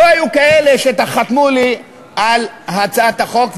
לא היו כאלה שחתמו לי על הצעת החוק.